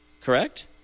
Correct